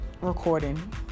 recording